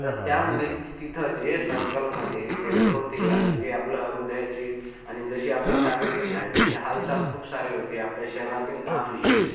आता त्यामुळे तिथं जे सर्कलमध्ये जे होते आणि जे आपलं हृदयाची आणि जशी आपली शारीरिक हाय जशी हालचाल खूप सारे होते आपल्या शरीरातील घाम निघतो